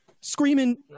screaming